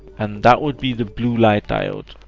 and that would be the blue light diode,